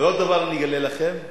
ועוד דבר אני אגלה לכם: